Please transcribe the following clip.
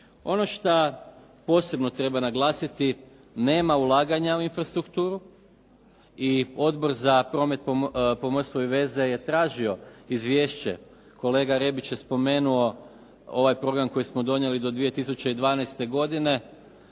Ono što posebno treba naglasiti nema ulaganja u infrastrukturu i Odbor za promet, pomorstvo i veze je tražio izvješće. Kolega Rebić je spomenuo ovaj program koji smo donijeli do 2012. godine